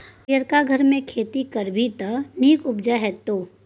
हरियरका घरमे खेती करभी त नीक उपजा हेतौ